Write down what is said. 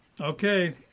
Okay